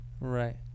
Right